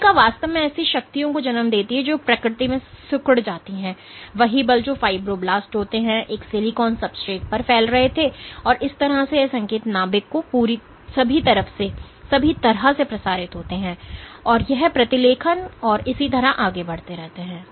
कोशिका वास्तव में ऐसी शक्तियों को जन्म देती है जो प्रकृति में सिकुड़ जाती हैं वही बल जो फ़ाइब्रोब्लास्ट होते हैं एक सिलिकॉन सब्सट्रेट पर फैल रहे थे और इस तरह से यह संकेत नाभिक को सभी तरह से प्रसारित होते हैं और यह प्रतिलेखन और इसी तरह आगे बढ़ते हैं